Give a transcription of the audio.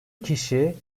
kişi